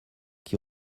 qui